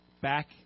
Back